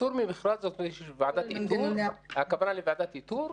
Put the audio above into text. פטור ממכרז, הכוונה לוועדת איתור?